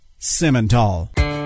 simmental